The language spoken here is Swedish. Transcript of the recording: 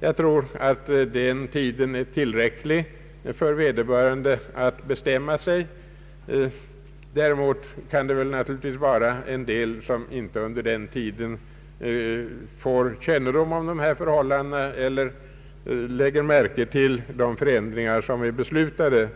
Jag tror att den tiden är tillräcklig för vederbörande att bestämma sig. Däremot kan det naturligtvis finnas några som under den tiden inte får kännedom om de här förhållandena eller som inte lägger märke till de förändringar som är beslutade.